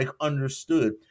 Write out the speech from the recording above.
understood